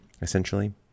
Essentially